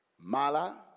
Mala